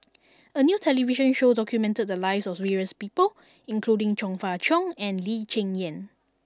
a new television show documented the lives of various people including Chong Fah Cheong and Lee Cheng Yan